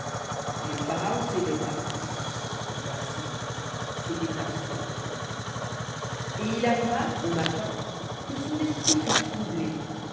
et le pharaon s'éveilla et voilà un songe v ou et il arriva au matin que son esprit fut troublé